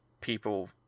people